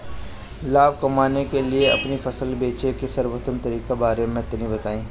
लाभ कमाने के लिए अपनी फसल के बेचे के सर्वोत्तम तरीके के बारे में तनी बताई?